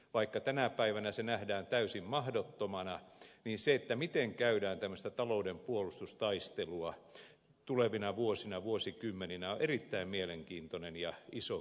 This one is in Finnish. vaikka tänä päivänä se nähdään täysin mahdottomana niin se miten käydään tämmöistä talouden puolustustaistelua tulevina vuosina vuosikymmeninä on erittäin mielenkiintoinen ja iso kysymys